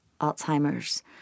Alzheimer's